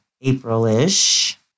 April-ish